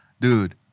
dude